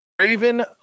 Raven